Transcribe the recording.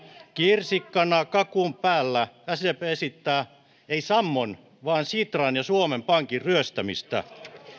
kirsikkana kakun päällä sdp esittää ei sammon vaan sitran ja suomen pankin ryöstämistä